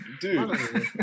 Dude